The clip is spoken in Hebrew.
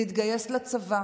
להתגייס לצבא,